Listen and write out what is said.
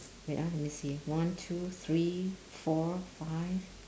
wait ah let me see one two three four five